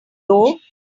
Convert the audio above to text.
door